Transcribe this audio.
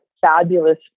fabulous